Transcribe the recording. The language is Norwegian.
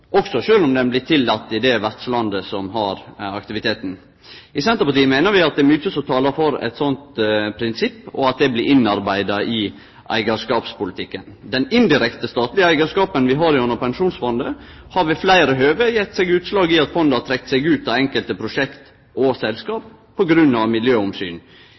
også sjølv om han blir tillaten i det vertslandet som har aktiviteten. I Senterpartiet meiner vi at det er mykje som talar for at eit slikt prinsipp blir innarbeidt i eigarskapspolitikken. Den indirekte statlege eigarskapen vi har gjennom Pensjonsfondet, har ved fleire høve gjeve seg utslag i at fond har trekt seg ut av enkelte prosjekt og selskap av miljøomsyn.